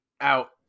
out